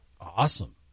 Awesome